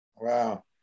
Wow